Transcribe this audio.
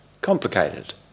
complicated